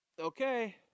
Okay